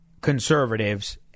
conservatives